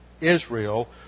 Israel